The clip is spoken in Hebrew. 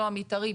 לא המתארי.